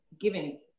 giving